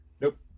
nope